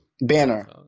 banner